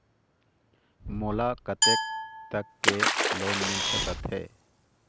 मोला कतेक तक के लोन मिल सकत हे?